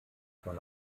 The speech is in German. von